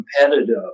competitive